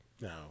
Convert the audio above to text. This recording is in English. no